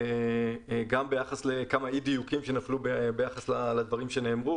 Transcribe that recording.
גם ביחס לכמה אי-דיוקים שנפלו ביחס לדברים שנאמרו